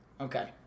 Okay